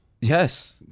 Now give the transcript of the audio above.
Yes